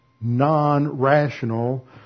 non-rational